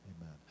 Amen